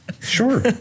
Sure